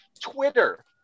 Twitter